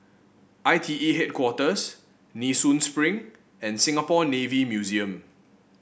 I T E Headquarters Nee Soon Spring and Singapore Navy Museum